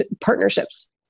partnerships